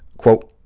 quote,